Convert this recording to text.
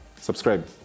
subscribe